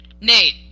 Nate